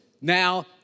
Now